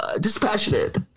Dispassionate